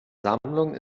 sammlung